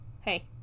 hey